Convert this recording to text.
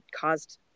caused